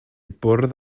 bwrdd